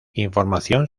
información